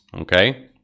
Okay